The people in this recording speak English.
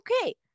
okay